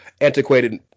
antiquated